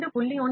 5 0